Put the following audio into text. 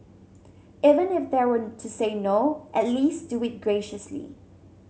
even if they were to say no at least do it graciously